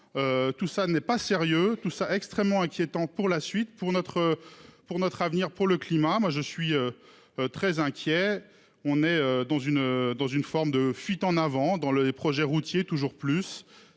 Tout ça n'est pas sérieux tout ça extrêmement inquiétant pour la suite pour notre. Pour notre avenir pour le climat. Moi je suis. Très inquiet, on est dans une, dans une forme de fuite en avant dans les projets routiers. Toujours plus,